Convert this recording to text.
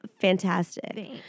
fantastic